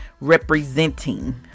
representing